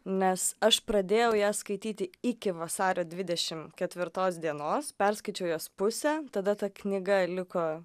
nes aš pradėjau ją skaityti iki vasario ketvirtos dienos perskaičiau jos pusę tada ta knyga liko